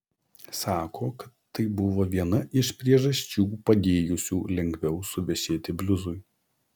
sako kad tai buvo viena iš priežasčių padėjusių lengviau suvešėti bliuzui